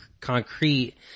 concrete